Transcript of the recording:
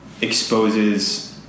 exposes